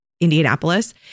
Indianapolis